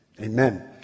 amen